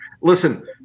Listen